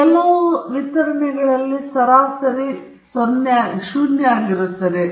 ಸತತ ವಿತರಣೆಗೆ ಸರಾಸರಿ ನೀಡಲಾಗುವುದು ಎಂದರೆ ಎಮ್ ನಿರೀಕ್ಷಿತ ಮೌಲ್ಯಕ್ಕೆ ಸಮಾನವಾಗಿರುತ್ತದೆ